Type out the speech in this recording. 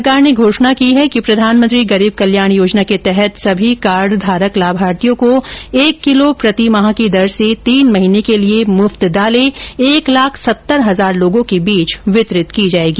सरकार ने घोषणा की है कि प्रधानमंत्री गरीब कल्याण योजना के अंतर्गत सभी कार्ड धारक लाभार्थियों को एक किलोग्राम प्रति माह की दर से तीन महीने के लिए मुफ्त दालें एक लाख सत्तर हजार लोगों के बीच वितरित की जाएगी